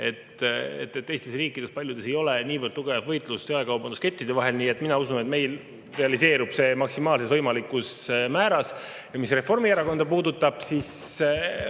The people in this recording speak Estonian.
teistes riikides ei ole niivõrd tugevat võitlust jaekaubanduskettide vahel. Nii et mina usun, et meil realiseerub see maksimaalses võimalikus määras. Mis Reformierakonda puudutab, siis